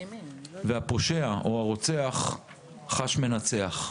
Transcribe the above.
והרוצח חש מנצח.